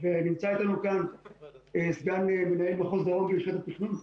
ונמצא איתנו כאן סגן מנהל מחוז דרום ברשות התכנון.